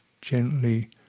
gently